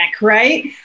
right